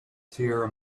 sierra